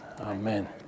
Amen